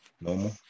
normal